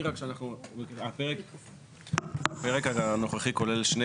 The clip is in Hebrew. הפרק הנוכחי כולל הרבה